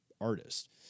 artist